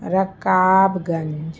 Rakab Ganj